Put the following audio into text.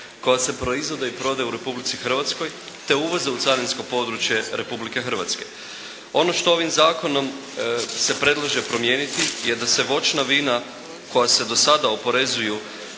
koja se proizvode i prodaju u Republici Hrvatskoj, te uvoze u carinsko područje Republike Hrvatske. Ono što ovim zakonom se predlaže promijeniti je da se voćna vina koja se dosada oporezuju